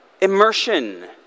immersion